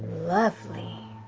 lovely.